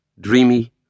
dreamy